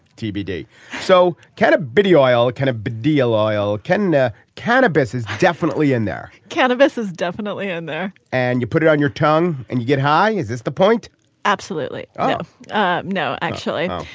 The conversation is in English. tbd so can a busy oil kind of biodiesel oil canada and cannabis is definitely in there. cannabis is definitely in there and you put it on your tongue and you get high. is this the point absolutely. oh no actually.